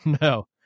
no